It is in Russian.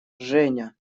женя